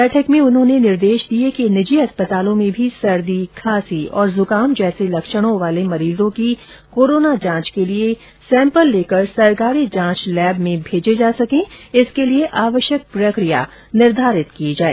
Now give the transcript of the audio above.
बैठक में उन्होंने निर्देश दिए कि निजी अस्पतालों में भी सर्दी खांसी जुकाम जैसे लक्षणों वाले मरीजों की कोरोना जांच के लिए सैम्पल लेकर सरकारी जांच लैब में भेजे जा सकें इसके लिए आवश्यक प्रक्रिया निर्धारित की जाए